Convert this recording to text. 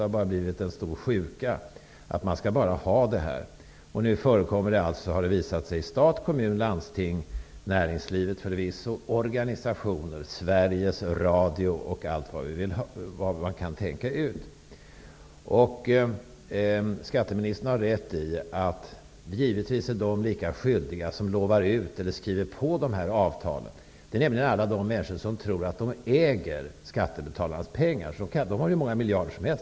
Det har blivit en stor sjuka att man skall ha det här. Det har nu visat sig att det förekommer i stat, kommun, landsting, näringslivet, organisationer, Sveriges Radio och på alla andra ställen man kan tänka ut. Skatteministern har rätt när han säger att de personer givetvis är lika skyldiga som lovar ut eller skriver på de här avtalen. Det gäller alla de människor som tror att de äger skattebetalarnas pengar -- de har ju hur många miljarder som helst.